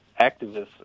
activists